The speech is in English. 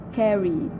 carry